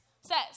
says